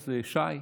ש"י,